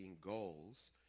goals